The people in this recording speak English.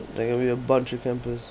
there will be a bunch of campers